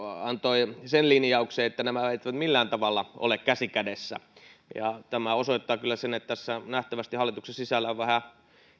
antoi sen linjauksen että nämä eivät millään tavalla ole käsi kädessä tämä osoittaa kyllä sen että tässä nähtävästi hallituksen sisällä on vähän